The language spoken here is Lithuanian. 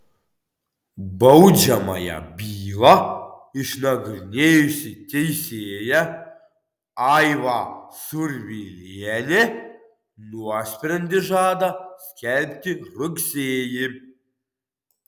baudžiamąją bylą išnagrinėjusi teisėja aiva survilienė nuosprendį žada skelbti rugsėjį